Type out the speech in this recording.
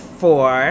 four